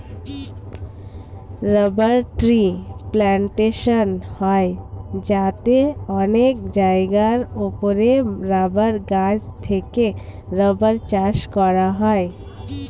rubber tree plantation হয় যাতে অনেক জায়গার উপরে রাবার গাছ থেকে রাবার চাষ করা হয়